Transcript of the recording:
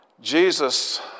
Jesus